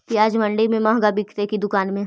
प्याज मंडि में मँहगा बिकते कि दुकान में?